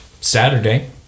Saturday